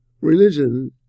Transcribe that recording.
Religion